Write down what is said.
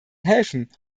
helfen